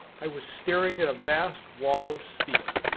i was staring at a vast wall of steel.